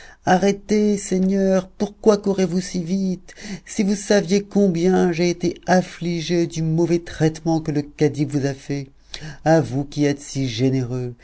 arrêtez seigneur pourquoi courez-vous si vite si vous saviez combien j'ai été affligé du mauvais traitement que le cadi vous a fait à vous qui êtes si généreux